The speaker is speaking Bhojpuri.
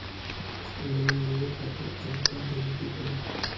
लोन लेवे खातिर अउर का देवे के पड़ी?